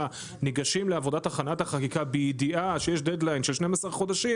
ניגשים לעבודת הכנת החקיקה בידיעה שיש דד ליין של 12 חודשים